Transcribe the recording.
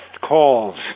calls